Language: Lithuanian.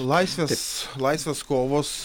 laisvės laisvės kovos